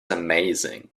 amazing